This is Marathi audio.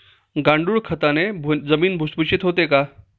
गांडूळ खताने जमीन भुसभुशीत होते का?